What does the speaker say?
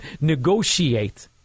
negotiate